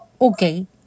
Okay